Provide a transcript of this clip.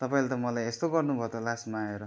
तपाईँले त मलाई यस्तो गर्नुभयो त लास्टमा आएर